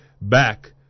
back